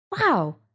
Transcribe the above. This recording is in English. Wow